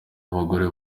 abagore